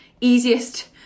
easiest